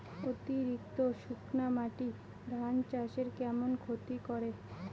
অতিরিক্ত শুকনা মাটি ধান চাষের কেমন ক্ষতি করে?